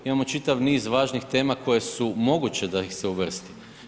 Imamo čitav niz važnih tema koje su moguće da ih se uvrsti.